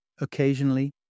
occasionally